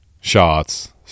shots